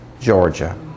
Georgia